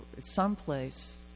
someplace